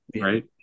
Right